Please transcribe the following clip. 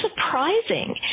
surprising